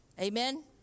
Amen